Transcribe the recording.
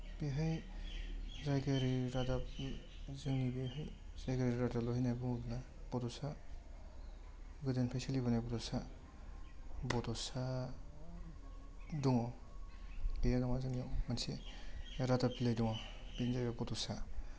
बेहाय जायगायारि रादाब जोंनि बेहाय जायगायारि रादाबल' होनाय बुङोब्ला बड'सा गोदान फैसालि बुंनाय बड'सा बड'सा दङ गैया नङा जोंनाव मोनसे रादाब बिलाइ दङ बेनो जाहैबाय बड'सा